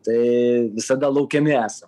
tai visada laukiami esam